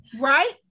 Right